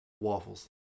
Waffles